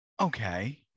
Okay